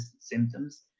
symptoms